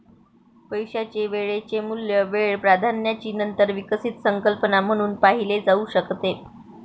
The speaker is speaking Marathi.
पैशाचे वेळेचे मूल्य वेळ प्राधान्याची नंतर विकसित संकल्पना म्हणून पाहिले जाऊ शकते